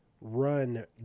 run